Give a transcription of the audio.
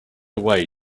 away